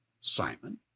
Simon